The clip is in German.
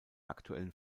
aktuellen